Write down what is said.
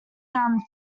down